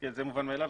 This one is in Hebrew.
זה מובן מאליו.